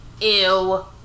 Ew